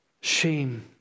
Shame